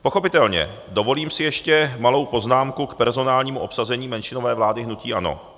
Pochopitelně, dovolím si ještě malou poznámku k personálnímu obsazení menšinové vlády hnutí ANO.